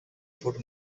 food